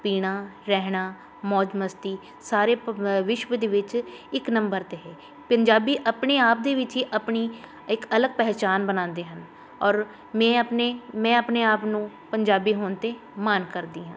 ਪੀਣਾ ਰਹਿਣਾ ਮੌਜ ਮਸਤੀ ਸਾਰੇ ਵਿਸ਼ਵ ਦੇ ਵਿੱਚ ਇੱਕ ਨੰਬਰ 'ਤੇ ਹੈ ਪੰਜਾਬੀ ਆਪਣੇ ਆਪ ਦੇ ਵਿੱਚ ਹੀ ਆਪਣੀ ਇੱਕ ਅਲੱਗ ਪਹਿਚਾਣ ਬਣਾਉਂਦੇ ਹਨ ਔਰ ਮੇਂ ਆਪਣੇ ਮੈਂ ਆਪਣੇ ਆਪ ਨੂੰ ਪੰਜਾਬੀ ਹੋਣ 'ਤੇ ਮਾਣ ਕਰਦੀ ਹਾਂ